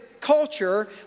culture